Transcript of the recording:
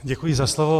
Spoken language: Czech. Děkuji za slovo.